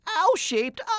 owl-shaped